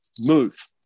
move